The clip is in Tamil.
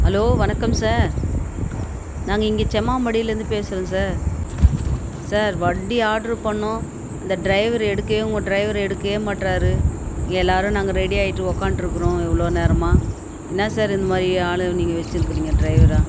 ஹலோ வணக்கம் சார் நாங்கள் இங்கே செம்மாம்பாடியிலிருந்து பேசுகிறோம் சார் சார் வண்டி ஆர்டரு பண்ணிணோம் அந்த ட்ரைவர் எடுக்கைவே உங்கள் ட்ரைவர் எடுக்கைவே மாட்றாரு இங்கே எல்லோரும் நாங்கள் ரெடியாயிட்டு ஒக்காந்துட்ருக்கறோம் இவ்வளோ நேரமாக என்ன சார் இந்த மாதிரி ஆளுங்கள் நீங்கள் வெச்சுருக்கிறீங்க ட்ரைவராக